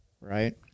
right